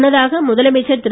முன்னதாக முதலமைச்சர் திரு